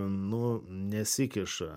nu nesikiša